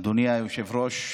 אדוני היושב-ראש,